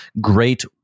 great